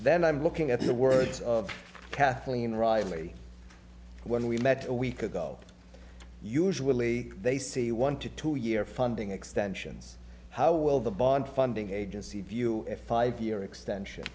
then i'm looking at the words of kathleen riley when we met a week ago usually they see one to two year funding extentions how well the bond funding agency view a five year extension